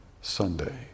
Sunday